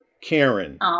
Karen